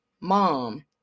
mom